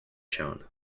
shone